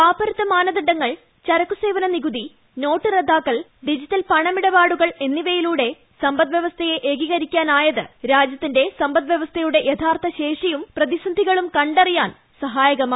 പാപ്പരത്ത മാനദണ്ഡങ്ങൾ ചരക്കു സേവനനികുതി നോട്ട് റദ്ദാക്കൽ ഡിജിറ്റൽ പണമിടപാടുകൾ എന്നിവയിലൂടെ സമ്പദ്വ്യവസ്ഥയെ ഏകീകരിക്കാനായത് രാജ്യത്തിന്റെ സമ്പദ്വ്യവസ്ഥയുടെ യഥാർത്ഥ ശേഷിയും പ്രതിസന്ധികളും കണ്ടറിയാൻ സഹായകമായി